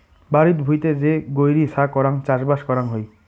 বাড়িত ভুঁইতে যে গৈরী ছা করাং চাষবাস করাং হই